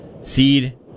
seed